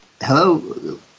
Hello